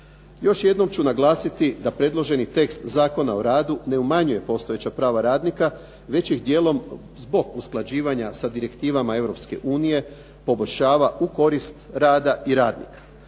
Još jednom ću naglasiti da predloženi tekst Zakona o radu ne umanjuje postojeća prava radnika već ih djelom zbog usklađivanja sa direktivama Europske unije poboljšava u korist rada i radnika.